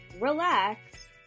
relax